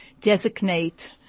designate